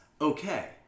Okay